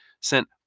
sent